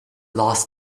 last